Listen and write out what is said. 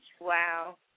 Wow